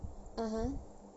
mmhmm